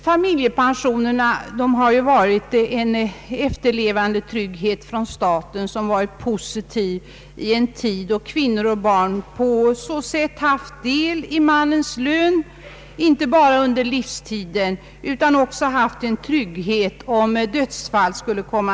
Familjepensionerna har utgjort en efterlevandetrygghet «därigenom =: att kvinnor och barn haft del i männens lön inte bara under livstiden utan också om dödsfall inträffar.